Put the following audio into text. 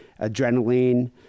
adrenaline